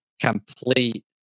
complete